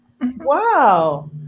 Wow